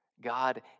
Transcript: God